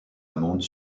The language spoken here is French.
amande